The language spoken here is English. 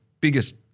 biggest